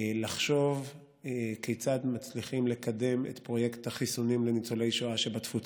לחשוב כיצד מצליחים לקדם את פרויקט החיסונים לניצולי שואה שבתפוצות.